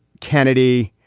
kennedy,